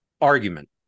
argument